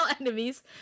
enemies